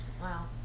Wow